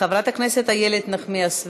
חברת הכנסת איילת נחמיאס ורבין,